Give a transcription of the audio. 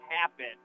happen